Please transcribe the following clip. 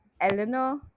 Eleanor